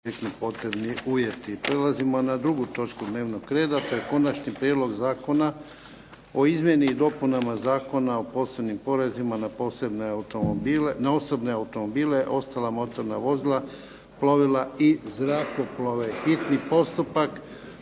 Ivan (HDZ)** Prelazimo na drugu točku dnevnog reda. To je - Konačni prijedlog Zakona o izmjeni i dopunama Zakona o posebnim porezima na osobne automobile, ostala motorna vozila, plovila i zrakoplove, hitni postupak,